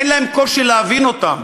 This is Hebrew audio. אין להם קושי להבין אותם.